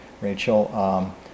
Rachel